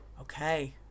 Okay